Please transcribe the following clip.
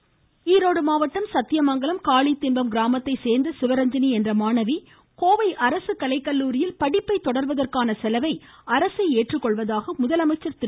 முதலமைச்சர் ஈரோடு மாவட்டம் சத்தியமங்கலம் காளித்திம்பம் கிராமத்தை சேர்ந்த சிவரஞ்சனி என்ற மாணவி கோவை அரசு கலைக்கல்லுாரியில் படிப்பை தொடர்வதற்கான செலவை அரசே ஏற்றுக்கொள்வதாக முதலமைச்சர் திரு